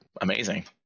amazing